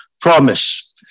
promise